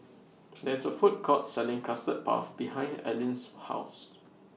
There IS A Food Court Selling Custard Puff behind Aline's House